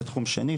זה תחום שני.